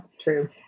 true